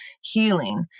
healing